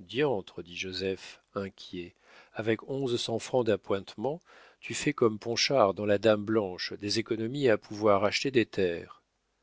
diantre dit joseph inquiet avec onze cents francs d'appointements tu fais comme ponchard dans la dame blanche des économies à pouvoir acheter des terres